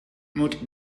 moet